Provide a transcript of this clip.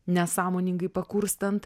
nesąmoningai pakurstant